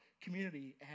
community